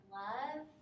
love